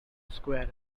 square